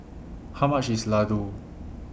How much IS Ladoo